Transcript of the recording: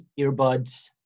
earbuds